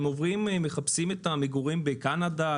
הם מחפשים מגורים בקנדה,